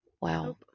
Wow